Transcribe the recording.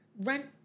rent